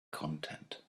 content